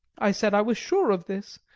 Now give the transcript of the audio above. i said i was sure of this,